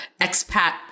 expat